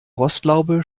rostlaube